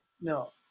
No